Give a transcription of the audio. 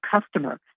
customer